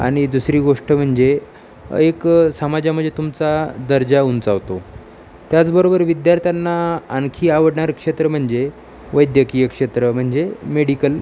आणि दुसरी गोष्ट म्हणजे एक समाजामजे तुमचा दर्जा उंचावतो त्याचबरोबर विद्यार्थ्यांना आणखी आवडणारं क्षेत्र म्हणजे वैद्यकीय क्षेत्र म्हणजे मेडीकल